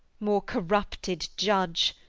more corrupted judge!